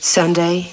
Sunday